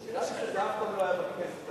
אתה יודע שזה אף פעם לא היה בכנסת, דבר כזה.